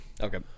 okay